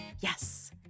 Yes